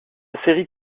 série